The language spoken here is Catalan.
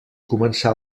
començà